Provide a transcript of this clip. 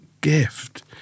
gift